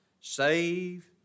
save